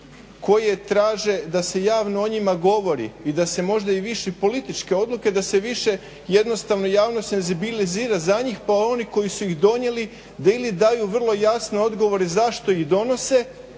koje traže da se javno o njima govori i da se možda i više političke odluke, da se više jednostavno javnost senzibilizira za njih pa oni koji su ih donijeli, da ili daju vrlo jasne odgovore zašto ih donose